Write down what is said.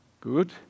Good